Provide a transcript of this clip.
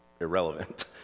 irrelevant